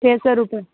چھ سو روپے